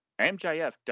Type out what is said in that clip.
mjf